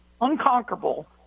unconquerable